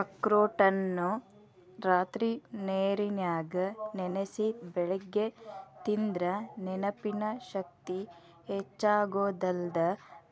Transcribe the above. ಅಖ್ರೋಟನ್ನ ರಾತ್ರಿ ನೇರನ್ಯಾಗ ನೆನಸಿ ಬೆಳಿಗ್ಗೆ ತಿಂದ್ರ ನೆನಪಿನ ಶಕ್ತಿ ಹೆಚ್ಚಾಗೋದಲ್ದ